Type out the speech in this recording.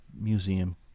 museum